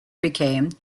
became